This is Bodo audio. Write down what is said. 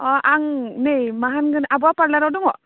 अ आं नै मा होनगोन आब'आ पार्लाराव दङ